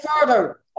further